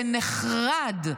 ונחרד.